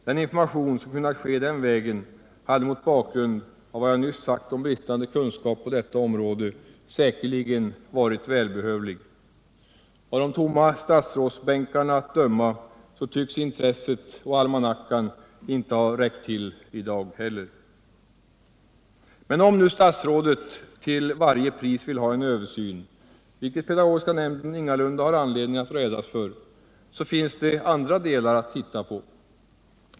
Den information som kunnat ske den vägen hade mot bakgrund av vad jag nyss sagt om bristande kunskap på detta område säkerligen varit välbehövlig. Av de tomma statsrådsbänkarna att döma tycks intresset och almanackan inte ha räckt till i dag heller. Men om nu statsrådet till varje pris vill ha en översyn — vilket pedagogiska nämnden ingalunda har anledning att rädas för — så finns det andra delar att titta på.